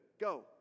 Go